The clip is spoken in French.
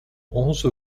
onze